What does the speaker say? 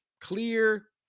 clear